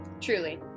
truly